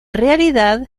realidad